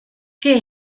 qué